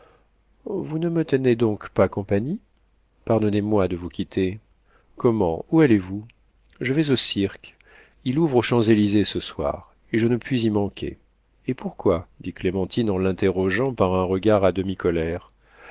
vous ne me tenez donc pas compagnie pardonnez-moi de vous quitter comment où allez-vous je vais au cirque il ouvre aux champs-élysées ce soir et je ne puis y manquer et pourquoi dit clémentine en l'interrogeant par un regard à demi